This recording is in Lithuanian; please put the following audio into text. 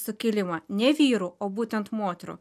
sukilimą ne vyrų o būtent moterų